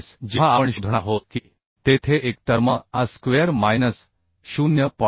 thickness जेव्हा आपण शोधणार आहोत की तेथे एक टर्म a स्क्वेअर मायनस 0